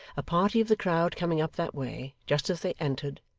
a party of the crowd coming up that way, just as they entered,